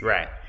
Right